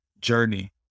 journey